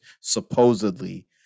supposedly